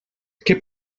què